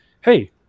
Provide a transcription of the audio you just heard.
Hey